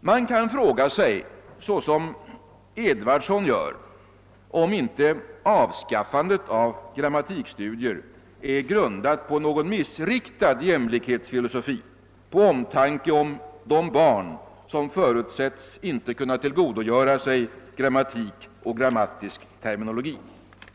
Man kan fråga sig, såsom herr Edwardsson gör, om inte avskaffandet av grammatikstudier är grundat på någon missriktad jämlikhetsfilosofi och på omtanke om de barn som förutsätts inte kunna tillgodogöra sig grammatik och grammatisk terminologi.